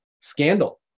scandal